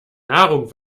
nahrung